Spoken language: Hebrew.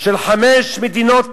של חמש מדינות,